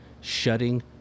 shutting